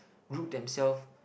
root themselves